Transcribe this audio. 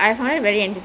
nice